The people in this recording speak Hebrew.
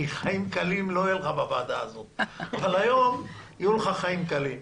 כי חיים קלים לא יהיו לך בוועדה הזאת אבל היום יהיו לך חיים קלים.